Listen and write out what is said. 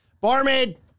Barmaid